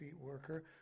worker